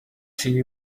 see